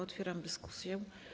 Otwieram dyskusję.